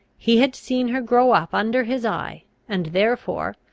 he had seen her grow up under his eye, and therefore,